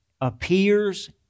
appears